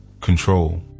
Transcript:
Control